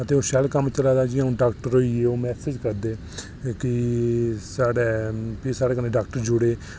ते ओह् शैल कम्म चला दा जि'यां हून डॉक्टर होई गे ओह् मैसेज करदे ते भी साढ़े साढ़े कन्नै डॉक्टर जुड़े